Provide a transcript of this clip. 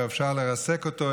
כבר אפשר לרסק אותו,